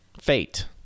fate